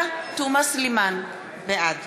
בעד